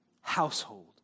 household